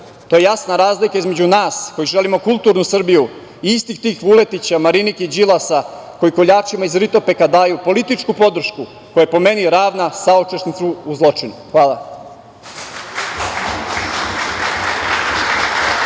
ta jasna razlika između nas koji želimo kulturnu Srbiju i istih tih Vuletića, Marinike i Đilasa koji koljačima iz Ritopeka daju političku podršku koja je po meni radna saučesnicima u zločinu. Hvala.